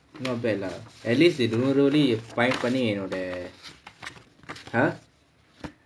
not bad lah at least இந்த நூறு வெள்ளி:intha nooru velli find பண்ணி என்னோட:panni ennoda !huh!